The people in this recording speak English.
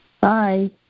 Bye